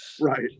Right